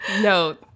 No